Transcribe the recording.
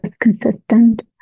consistent